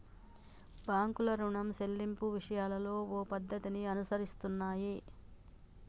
బాంకులు రుణం సెల్లింపు విషయాలలో ఓ పద్ధతిని అనుసరిస్తున్నాయి